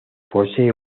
posee